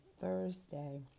Thursday